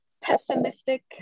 pessimistic